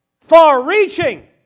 far-reaching